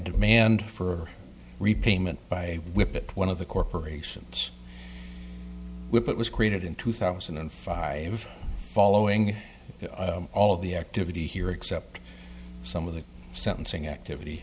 demand for repayment by whippet one of the corporations it was created in two thousand and five following all of the activity here except some of the sentencing activity